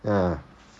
ah